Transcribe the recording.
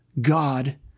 God